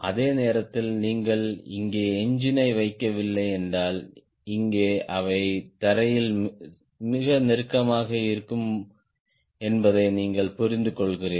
அதே நேரத்தில் நீங்கள் இங்கே என்ஜினை வைக்கவில்லை என்றால் இங்கே அவை தரையில் மிக நெருக்கமாக இருக்கும் என்பதை நீங்கள் புரிந்துகொள்கிறீர்கள்